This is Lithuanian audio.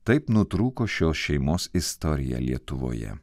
taip nutrūko šios šeimos istorija lietuvoje